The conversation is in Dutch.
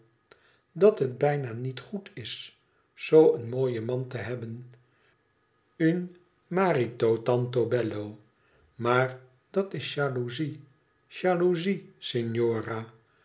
dat het bijna niet goed is zoo een mooien man te hebben un marito tanto bello maar dat is jalouzie